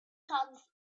comes